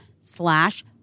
slash